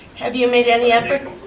have you made any effort,